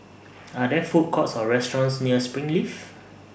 Are There Food Courts Or restaurants near Springleaf